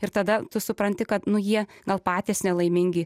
ir tada tu supranti kad nu jie gal patys nelaimingi